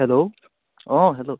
hello um hello